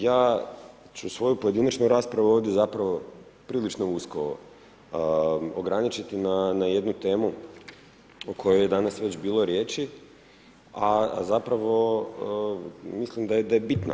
Ja ću svoju pojedinačnu raspravu ovdje zapravo prilično usko ograničiti na jednu temu o kojoj je danas već bilo riječi, a zapravo mislim da je bitna.